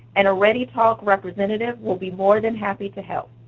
and a readytalk representative will be more than happy to help.